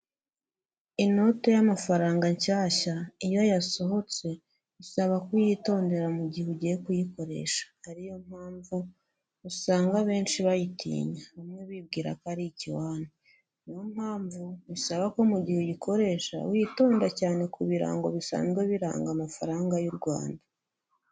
Inoti y'amafaranga nshyashya, iyo yasohotse, bisaba kuyitondera mu gihe ugiye kuyikoresha, ari yo mpamvu usanga abenshi bayitinya, bamwe bibwira ko ari ikiwani. Niyo mpamvu, bisaba ko mu gihe uyikoresha, witonda cyane ku birango bisanzwe biranga amafaranga y'u Rwanda.